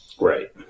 Right